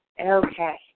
Okay